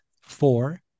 four